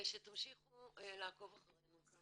שתמשיכו לעקוב אחרינו.